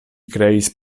kreis